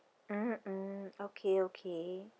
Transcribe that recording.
mm mm okay okay